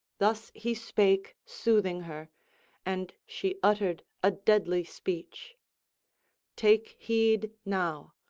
thus he spake soothing her and she uttered a deadly speech take heed now.